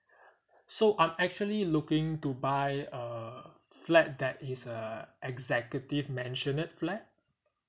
so I'm actually looking to buy a flat that is a executive maisonette flat